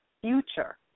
future